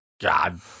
god